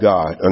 God